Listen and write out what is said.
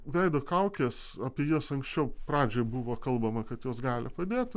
veido kaukės apie jas anksčiau pradžioj buvo kalbama kad jos gali padėti